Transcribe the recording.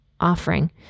offering